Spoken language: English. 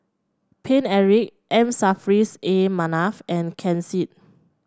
Paine Eric M Saffris A Manaf and Ken Seet